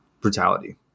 brutality